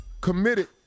committed